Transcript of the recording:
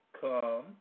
come